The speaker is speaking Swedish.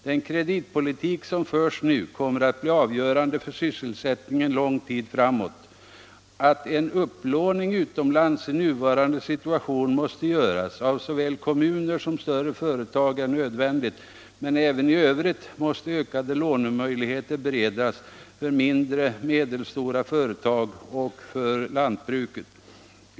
Den kreditpolitik som förs nu kommer att bli avgörande för sysselsättningen lång tid framåt. Att en upplåning utomlands i nuvarande situation görs av såväl kommuner som större företag är en nödvändighet, men även i övrigt måste ökade lånemöjligheter beredas för mindre och medelstora företag samt för lantbruket.